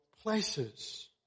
places